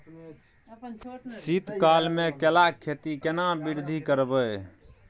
शीत काल मे केला के खेती में केना वृद्धि करबै?